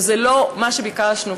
זה לא מה שביקשנו,